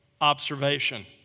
observation